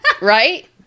Right